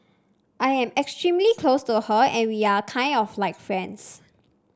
I am extremely close to her and we are kind of like friends